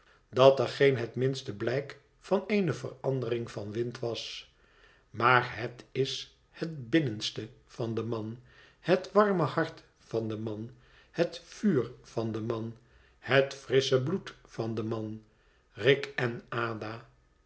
dat er geen het minste blijk van eene verandering van wind was maar het is het binnenste van den man het warme hart van den man het vuur van den man het frissche bloed van den man rick en